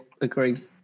agreed